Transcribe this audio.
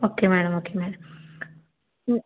okay madam okay madam